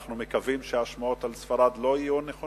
אנחנו מקווים שהשמועות על ספרד לא נכונות,